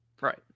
Right